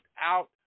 out